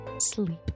Sleep